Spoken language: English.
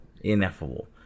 Ineffable